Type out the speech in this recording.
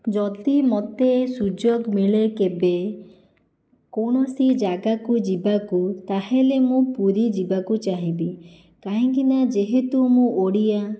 ଯଦି ମୋତେ ସୁଯୋଗ ମିଳେ କେବେ କୌଣସି ଜାଗାକୁ ଯିବାକୁ ତା'ହେଲେ ମୁଁ ପୁରୀ ଯିବାକୁ ଚାହିଁବି କାହିଁକି ନା ଯେହେତୁ ମୁଁ ଓଡ଼ିଆ